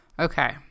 Okay